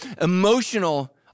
emotional